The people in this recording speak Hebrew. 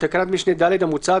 בתקנת משנה (ד) המוצעת,